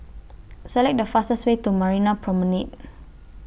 Select The fastest Way to Marina Promenade